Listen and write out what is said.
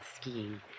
skiing